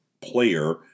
player